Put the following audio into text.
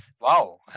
wow